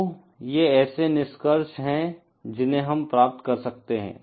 तो ये ऐसे निष्कर्ष हैं जिन्हें हम प्राप्त कर सकते हैं